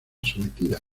sometida